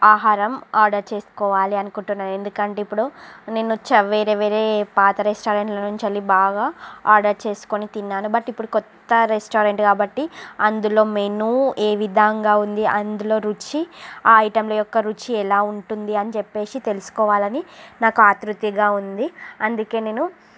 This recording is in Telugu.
ఆహారం ఆర్డర్ చేసుకోవాలని అనుకుంటున్నాను ఎందుకంటే ఇప్పుడు నేను వచ్చి వేరే వేరే పాత రెస్టారెంట్ల నుండి బాగా ఆర్డర్ చేసుకోని తిన్నాను బట్ ఇప్పుడు కొత్త రెస్టారెంట్ కాబట్టీ అందులో మెను ఏవిధంగా ఉంది అందులో రుచి ఆ ఐటెంలా యొక్క రుచి ఎలా ఉంటుంది అని చెప్పీ తెలుసుకోవాలని నాకు ఆతృతగా ఉంది అందుకే నేను